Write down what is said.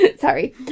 sorry